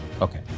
okay